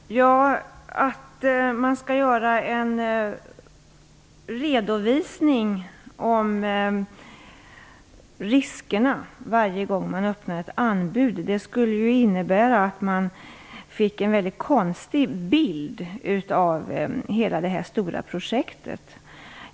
Fru talman! Om man skall göra en redovisning av riskerna varje gång man öppnar ett anbud, innebär det att bilden av hela detta stora projekt blir väldigt konstig.